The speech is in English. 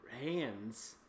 hands